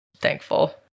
thankful